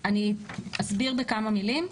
אסביר בכמה מילים.